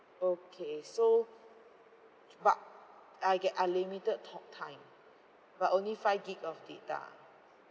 okay so but I get unlimited talktime but only five gig of data